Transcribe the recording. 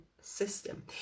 system